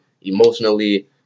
emotionally